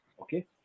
Okay